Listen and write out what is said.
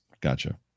Gotcha